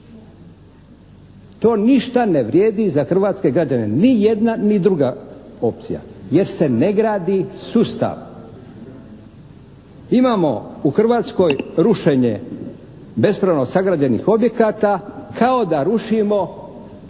To ništa ne vrijedi za hrvatske građane, ni jedna ni druga opcija, jer se ne gradi sustav. Imamo u Hrvatskoj rušenje bespravno sagrađenih objekata kao da rušimo to